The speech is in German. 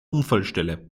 unfallstelle